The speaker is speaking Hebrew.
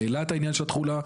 העלה את העניין של התחולה,